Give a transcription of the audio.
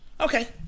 Okay